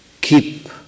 keep